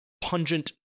pungent